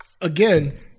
Again